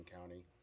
County